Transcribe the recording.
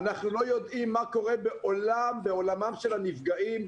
ואנחנו לא יודעים מה קורה בעולמם של הנפגעים.